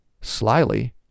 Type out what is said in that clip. slyly